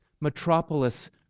metropolis